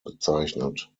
bezeichnet